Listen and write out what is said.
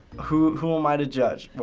who who am i to judge? well,